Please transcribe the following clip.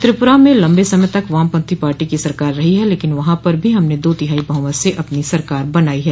त्रिपुरा में लम्बे समय तक वामपंथी पार्टी की सरकार रही है लेकिन वहां पर भी हमने दो तिहाई बहुमत से अपनी सरकार बनाई हैं